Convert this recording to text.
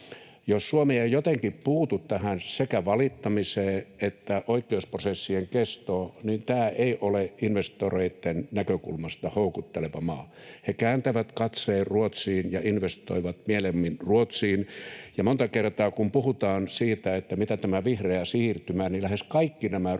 Jos Suomi ei jotenkin puutu tähän, sekä valittamiseen että oikeusprosessien kestoon, niin tämä ei ole investoreitten näkökulmasta houkutteleva maa. He kääntävät katseen Ruotsiin ja investoivat mieluummin Ruotsiin, ja monta kertaa kun puhutaan vihreästä siirtymästä, niin lähes kaikki nämä Ruotsin